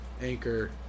Anchor